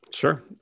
Sure